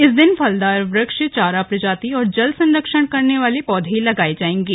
इस दिन फलदार वृक्ष चारा प्रजाति और जल संरक्षण करने वाले पौधे लगाये जायेंगे